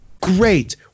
Great